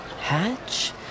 Hatch